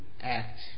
act